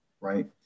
right